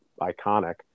iconic